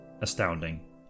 astounding